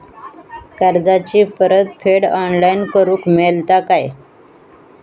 कर्जाची परत फेड ऑनलाइन करूक मेलता काय?